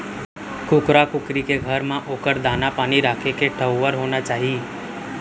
कुकरा कुकरी के घर म ओकर दाना, पानी राखे के ठउर होना चाही